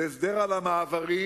זה הסדר על המעברים,